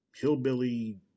hillbilly